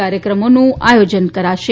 કાર્યક્રમોનું આયોજન કરાશે